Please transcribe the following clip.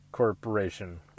Corporation